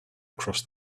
across